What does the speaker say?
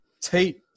Tate